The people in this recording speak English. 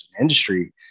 industry